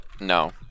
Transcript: No